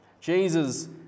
Jesus